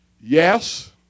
Yes